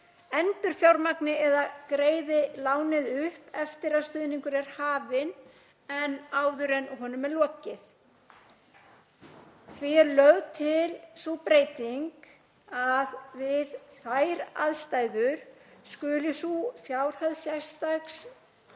endurfjármagni eða greiði lánið upp eftir að stuðningur er hafinn en áður en honum er lokið. Því er lögð til sú breyting að við þær aðstæður skuli sú fjárhæð sérstaks